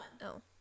No